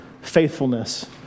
faithfulness